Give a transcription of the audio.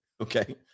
Okay